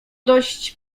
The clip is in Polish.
dość